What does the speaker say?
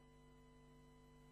אם כן,